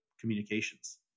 communications